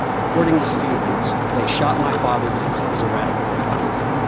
according to stevens, they shot my father because he was a radical republican.